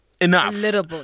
enough